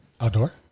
Outdoor